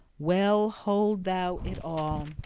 well hold thou it all!